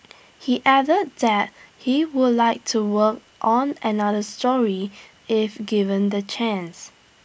he added that he would like to work on another story if given the chance